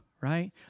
right